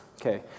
Okay